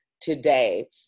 today